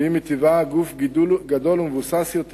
שהיא מטבעה גוף גדול ומבוסס יותר,